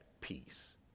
peace